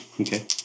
Okay